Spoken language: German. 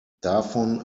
davon